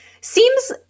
seems